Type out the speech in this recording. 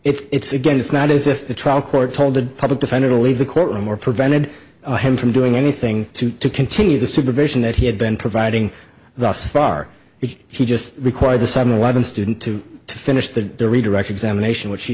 and it's again it's not as if the trial court told the public defender to leave the courtroom or prevented him from doing anything to continue the supervision that he had been providing thus far he just required the seven eleven student to finish the redirect examination which she